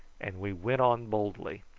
and we went on boldly,